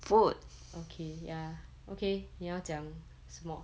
okay ya okay 你要讲什么